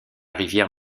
rivière